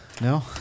No